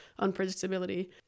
unpredictability